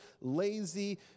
lazy